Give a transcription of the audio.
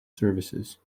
services